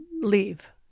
leave